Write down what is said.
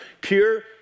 Pure